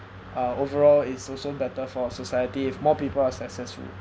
uh overall it's also better for society if more people are successful